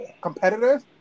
competitors